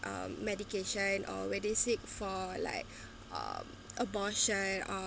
um medication or where they seek for like uh abortion or